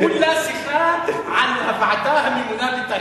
כולה שיחה על הוועדה הממונה בטייבה.